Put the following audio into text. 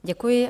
Děkuji.